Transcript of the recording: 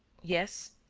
yes?